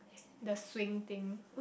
the swing thing